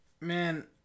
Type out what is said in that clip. Man